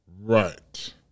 Right